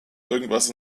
irgendwas